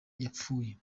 yapfuye